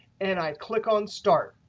and i click on start.